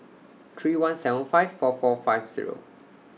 three one seven five four four five Zero